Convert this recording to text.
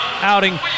outing